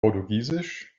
portugiesisch